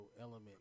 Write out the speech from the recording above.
element